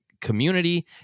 community